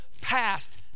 past